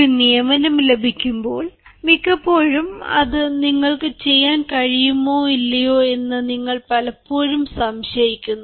ഒരു നിയമനം ലഭിക്കുമ്പോൾ മിക്കപ്പോഴും അത് നിങ്ങൾക്ക് ചെയ്യാൻ കഴിയുമോ ഇല്ലയോ എന്ന് നിങ്ങൾ പലപ്പോഴും സംശയിക്കുന്നു